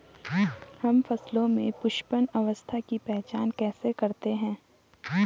हम फसलों में पुष्पन अवस्था की पहचान कैसे करते हैं?